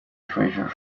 treasure